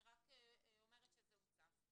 אני רק אומרת שזה הוצף.